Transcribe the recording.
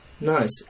Nice